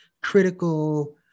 critical